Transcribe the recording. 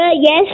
yes